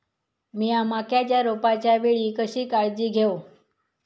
मीया मक्याच्या रोपाच्या वेळी कशी काळजी घेव?